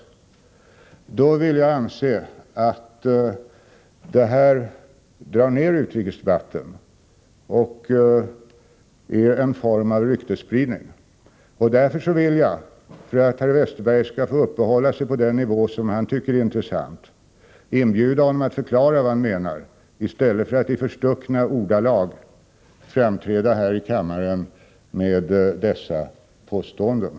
Jag anser att detta drar ned nivån på utrikesdebatten och är en form av ryktesspridning. För att Bengt Westerberg skall få uppehålla sig på den nivå som han tycker är intressant vill jag inbjuda honom att förklara vad han menar, i stället för att här i kammaren framträda med dessa påståenden i förstulna ordalag.